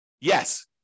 Yes